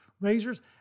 razors